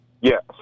Yes